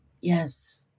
Yes